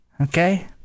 Okay